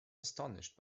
astonished